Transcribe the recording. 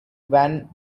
van